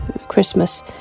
Christmas